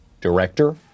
Director